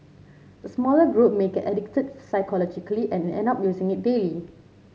the smaller group may get addicted psychologically and end up using it daily